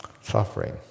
suffering